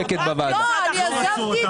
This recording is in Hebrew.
פתולוגיה, אבל למה אנחנו משלמים על זה?